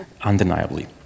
undeniably